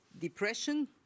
Depression